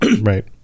right